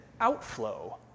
outflow